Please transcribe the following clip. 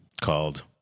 Called